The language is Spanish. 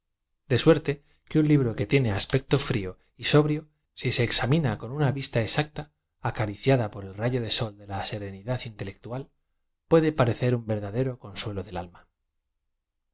de suerte que un libro que tiene aspecto flo y so brio i esam íoa con una vista exacta acariciada por el rayo de sol de la seresidad intelectual puede parecer un verdadero consuelo del alma